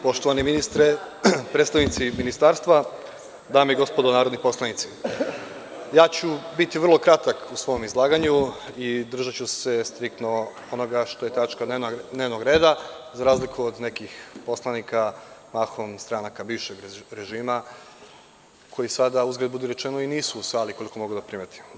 Poštovani ministre, predstavnici Ministarstva, dame i gospodo narodni poslanici, biću vrlo kratak u svom izlaganju i držaću se striktno onoga što je tačka dnevnog reda za razliku od nekih poslanika mahom iz stranaka bivšeg režima koji sada, uzgred budi rečeno i nisu u sali, koliko mogu da primetim.